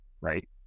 Right